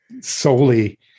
solely